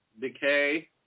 Decay